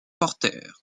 porter